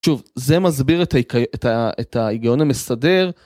שוב, זה מסביר את ההיגיון המסדר.